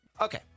Okay